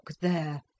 there